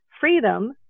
freedom